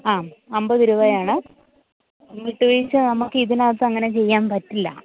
ആ അമ്പത് രൂപയാണ് വിട്ടുവീഴ്ച്ച നമുക്ക് ഇതിനകത്ത് അങ്ങനെ ചെയ്യാൻ പറ്റില്ല